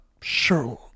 sure